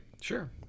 Sure